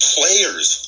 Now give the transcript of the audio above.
Players